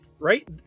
Right